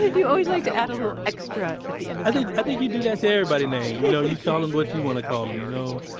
you always like to add a little extra, at the end of someone's name i think you do that to everybody name. you know, you call em what you want to call em, you know?